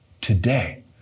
today